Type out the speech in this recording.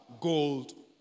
gold